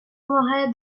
вимагає